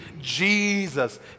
Jesus